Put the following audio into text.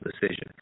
decision